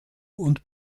und